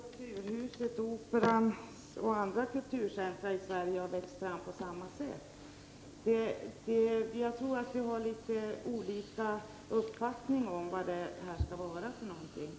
Herr talman! Då vill jag fråga om Kulturhuset, Operan och andra kulturcentra i Sverige har växt fram på det sättet. Jag tror att Ingrid Sundberg och jag har olika uppfattning om vad detta kulturcentrum skall fylla för funktion.